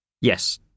Yes